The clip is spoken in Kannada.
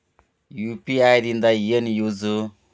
ಯು.ಪಿ.ಐ ದಿಂದ ಏನು ಯೂಸ್?